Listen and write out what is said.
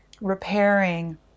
repairing